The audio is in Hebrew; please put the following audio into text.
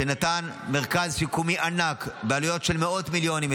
שנתן מרכז שיקומי ענק בעלויות של מאות מיליונים,